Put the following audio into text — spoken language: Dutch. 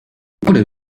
koude